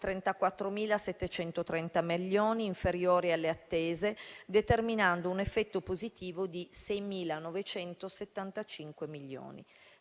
-34.730 milioni, inferiori alle attese, determinando un effetto positivo di 6.975 milioni.